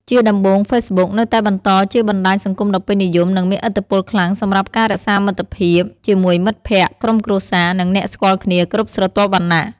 ជាដំបូង ហ្វេសប៊ុក នៅតែបន្តជាបណ្ដាញសង្គមដ៏ពេញនិយម និងមានឥទ្ធិពលខ្លាំងសម្រាប់ការរក្សាមិត្តភាពជាមួយមិត្តភក្តិ ក្រុមគ្រួសារ និងអ្នកស្គាល់គ្នាគ្រប់ស្រទាប់វណ្ណៈ។